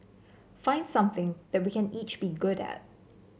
find something that we can each be good at